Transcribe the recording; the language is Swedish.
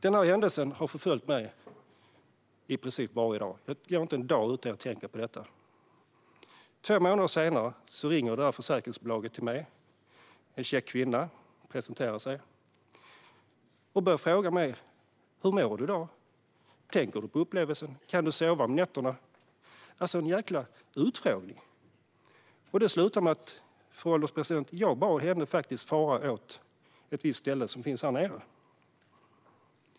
Denna händelse har förföljt mig i princip varje dag. Det går inte en dag utan att jag tänker på detta. Två månader senare ringer försäkringsbolaget till mig. En käck kvinna presenterar sig och börjar fråga mig: Hur mår du i dag? Tänker du på upplevelsen? Kan du sova om nätterna? Det var en jäkla utfrågning! Det slutade med, fru ålderspresident, att jag faktiskt bad henne att fara åt ett visst ställe nedåt.